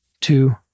two